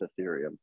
Ethereum